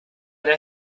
der